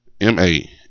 M-A